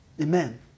Amen